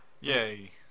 Yay